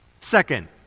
Second